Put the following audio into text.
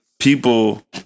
people